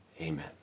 amen